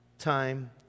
time